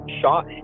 shot